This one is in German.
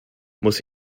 muss